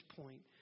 point